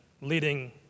leading